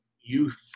youth